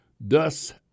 Thus